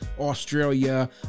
Australia